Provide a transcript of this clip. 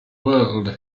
world